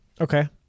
Okay